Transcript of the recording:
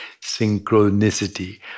synchronicity